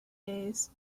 days